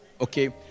Okay